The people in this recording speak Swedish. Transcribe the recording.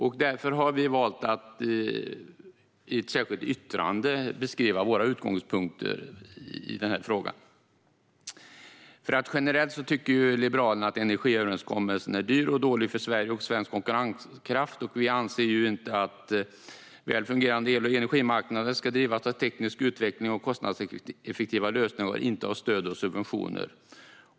Vi har därför valt att i ett särskilt yttrande beskriva våra utgångspunkter i frågan. Generellt tycker Liberalerna att energiöverenskommelsen är dyr och dålig för Sverige och svensk konkurrenskraft. Vi anser att väl fungerande el och energimarknader ska drivas av teknisk utveckling och kostnadseffektiva lösningar, inte av stöd och subventioner.